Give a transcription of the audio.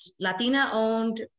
Latina-owned